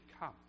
come